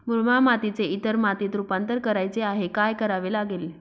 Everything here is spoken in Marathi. मुरमाड मातीचे इतर मातीत रुपांतर करायचे आहे, काय करावे लागेल?